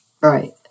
Right